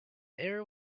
air